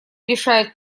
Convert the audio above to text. решает